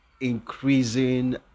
increasing